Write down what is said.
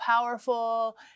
powerful